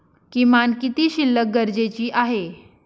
किमान किती शिल्लक गरजेची आहे?